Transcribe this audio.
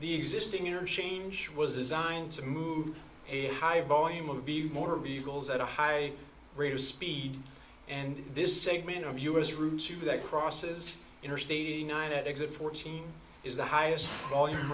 the existing interchange was designed to move a high volume of the more bugles at a high rate of speed and this segment of us route to that crosses interstate eighty nine at exit fourteen is the highest volume